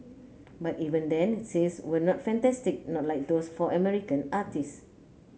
but even then sales were not fantastic not like those for American artistes